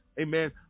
amen